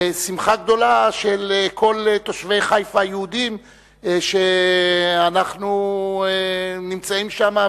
ושמחה גדולה של כל תושבי חיפה היהודים שאנחנו נמצאים שם,